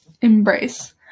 Embrace